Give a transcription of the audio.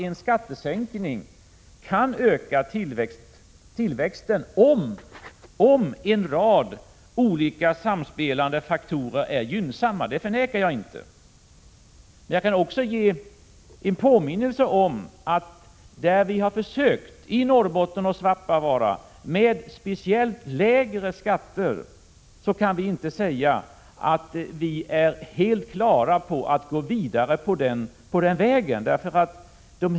En skattesänkning kan öka tillväxten, om en rad olika samspelande faktorer är gynnsamma, det förnekar jag inte. Men jag kan också påminna om att där vi har gjort försök — i Norrbotten och Svappavaara — med speciellt låga skatter är vi inte helt på det klara med att man bör gå vidare på den vägen.